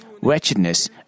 wretchedness